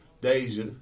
Deja